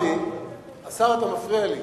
השר איתן,